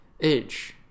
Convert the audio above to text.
age